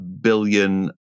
billion